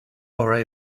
are